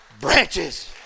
branches